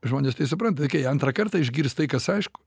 žmonės nesupranta kai antrą kartą išgirs tai kas aišku